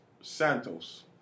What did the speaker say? Santos